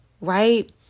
right